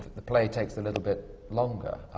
the play takes a little bit longer.